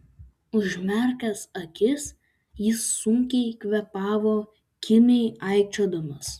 užmerkęs akis jis sunkiai kvėpavo kimiai aikčiodamas